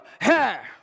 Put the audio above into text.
hair